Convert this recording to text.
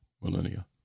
millennia